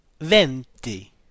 venti